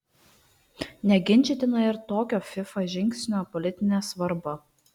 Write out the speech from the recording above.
neginčytina ir tokio fifa žingsnio politinė svarba